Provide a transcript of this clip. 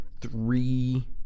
three